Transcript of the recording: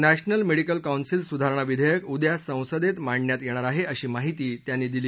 नामिल medical council सुधारणा विधेयक उद्या संसदेत मांडण्यात येणार आहे अशी माहिती त्यांनी दिली